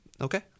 Okay